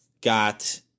got